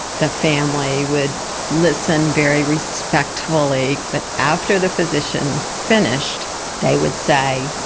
the family would listen very respectfully, but after the physician finished they would say,